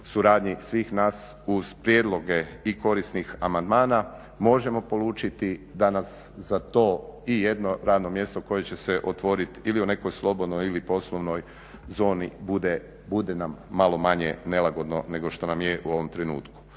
suradnji svih nas uz prijedloge i korisnih amandmana možemo polučiti da nas za to i jedno radno mjesto koje će se otvoriti ili u nekoj slobodnoj ili poslovnoj zoni bude nam malo manje nelagodno nego što nam je u ovom trenutku.